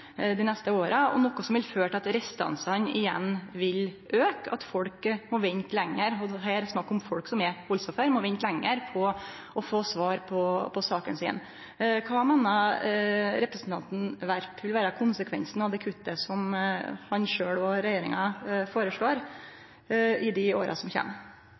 neste åra, noko som vil føre til at restansane igjen vil auke, og at folk som er voldsoffer, må vente lenger for å få svar på saka si. Kva meiner representanten Werp vil vere konsekvensen av det kuttet som han sjølv og regjeringa føreslår, i åra som kjem?